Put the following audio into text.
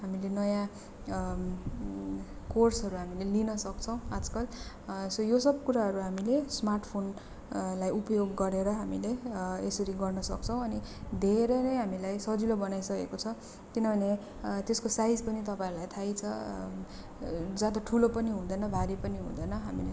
हामीले नयाँ कोर्सहरू हामीले लिन सक्छौँ आजकल यो सब कुराहरू हामीले स्मार्ट फोनलाई उपयोग गरेर हामीले यसरी गर्न सक्छौँ अनि धेरै नै हामीलाई सजिलो बनाइसकेको छ किनभने त्यसको साइज पनि तपाईँहरूलाई थाहै छ ज्यादा ठुलो पनि हुँदैन भारी पनि हुँदैन हामीलाई